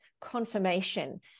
confirmation